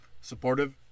supportive